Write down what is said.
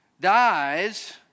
dies